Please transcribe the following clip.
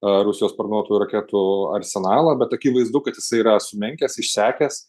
rusijos sparnuotųjų raketų arsenalą bet akivaizdu kad jisai yra sumenkęs išsekęs